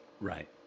Right